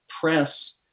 press